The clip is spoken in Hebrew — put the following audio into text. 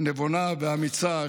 נבונה ואמיצה,